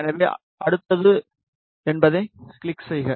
எனவே அடுத்து என்பதைக் கிளிக் செய்க